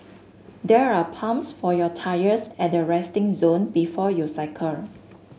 there are pumps for your tyres at the resting zone before you cycle